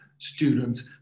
students